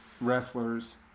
wrestlers